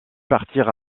partir